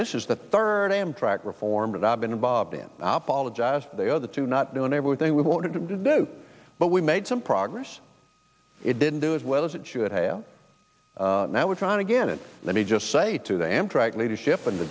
this is the third amtrak reform that i've been involved in the other two not doing everything we wanted to do but we made some progress it didn't do as well as it should have now we're trying to get it let me just say to the leadership and the